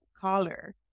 color